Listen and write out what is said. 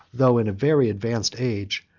though in a very advanced age,